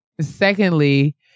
Secondly